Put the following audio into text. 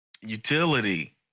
Utility